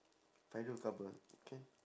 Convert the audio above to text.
fairul cover okay